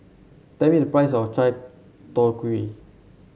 tell me the price of Chai Tow Kuay